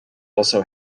also